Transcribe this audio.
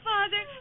Father